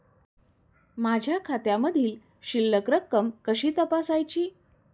माझ्या खात्यामधील शिल्लक रक्कम कशी तपासायची?